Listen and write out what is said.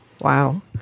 Wow